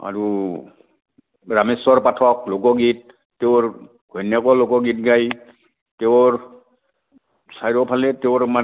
আৰু ৰামেশ্বৰ পাঠক লোকগীত তেওঁৰ ঘৈনিয়েকো লোকগীত গায় তেওঁৰ চাৰিওফালে তেওঁৰ মানে